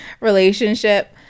relationship